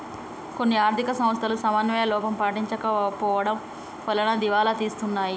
కొన్ని ఆర్ధిక సంస్థలు సమన్వయ లోపం పాటించకపోవడం వలన దివాలా తీస్తున్నాయి